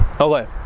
Okay